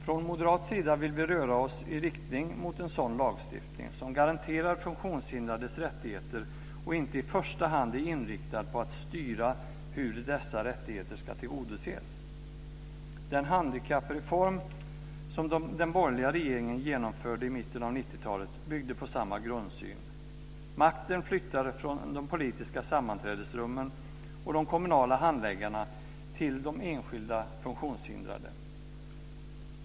Från moderat sida vill vi röra oss i riktning mot en sådan lagstiftning som garanterar de funktionshindrades rättigheter och inte i första hand är inriktad på att styra hur dessa rättigheter ska tillgodoses. Den handikappreform som den borgerliga regeringen genomförde i mitten av 90-talet byggde på samma grundsyn. Makten flyttades från de politiska sammanträdesrummen och de kommunala handläggarna till de enskilda funktionshindrade.